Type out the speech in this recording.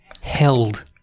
held